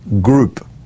group